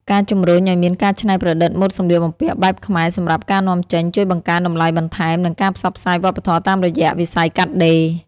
ការជំរុញឱ្យមានការច្នៃប្រឌិតម៉ូដសម្លៀកបំពាក់បែបខ្មែរសម្រាប់ការនាំចេញ ជួយបង្កើនតម្លៃបន្ថែម និងការផ្សព្វផ្សាយវប្បធម៌តាមរយៈវិស័យកាត់ដេរ។